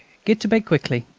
get to bed quickly.